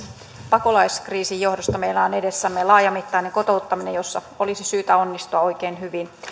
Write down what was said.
pakolaiskriisin johdosta meillä on edessämme laajamittainen kotouttaminen jossa olisi syytä onnistua oikein hyvin